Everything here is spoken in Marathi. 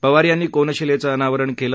पवार यांनी कोनशिलेचं अनावरण केलं